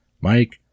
Mike